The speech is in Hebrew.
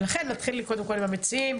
נתחיל קודם כל עם המציעים.